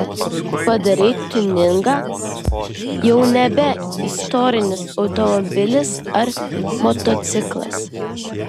padarei tiuningą jau nebe istorinis automobilis ar motociklas